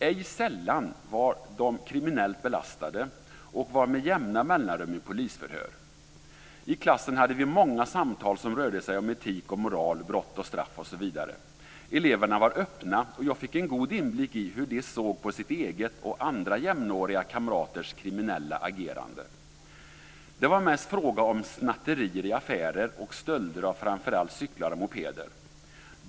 Ej sällan var de kriminellt belastade och var med jämna mellanrum i polisförhör. I klassen hade vi många samtal som rörde sig om etik och moral, brott och straff osv. Eleverna var öppna och jag fick en god inblick i hur de såg på sitt eget och andra jämnåriga kamraters kriminella agerande. Det var mest fråga om snatterier i affärer och stölder av framför allt cyklar och mopeder.